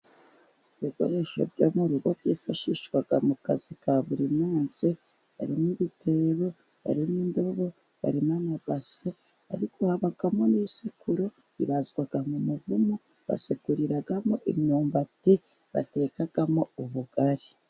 Ibikoresho byo mu rugo byifashishwa mu kazi ka buri munsi, harimo ibitebo, harimo indobo, harimo amabase, ariko habamo n'ibisekuru, bibazwa mu muvumu, basekuriramo imyumbati batekamo ubugari.